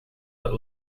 but